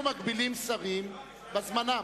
איננו מגבילים שרים בזמן.